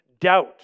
doubt